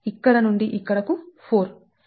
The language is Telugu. ఇక్కడ నుండి ఇక్కడకు 4